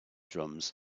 drums